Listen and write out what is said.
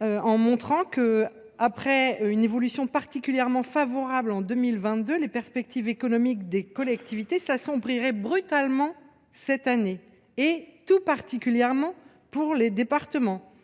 mais montre qu’après une évolution particulièrement favorable en 2022, les perspectives économiques des collectivités territoriales s’assombriraient brutalement cette année, tout particulièrement pour les départements.